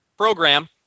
program